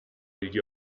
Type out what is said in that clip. gli